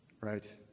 right